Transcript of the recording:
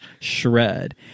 shred